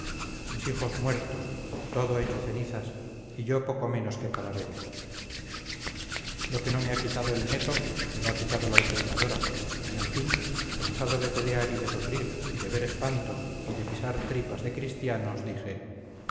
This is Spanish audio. mis hijos muertos todo hecho cenizas y yo poco menos que cadavérico lo que no me ha quitado el neto me lo ha quitado la usurpadora y al fin cansado de pelear y de sufrir y de ver espantos y de pisar tripas de cristianos dije